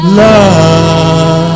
love